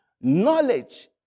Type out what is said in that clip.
Knowledge